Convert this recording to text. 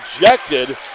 rejected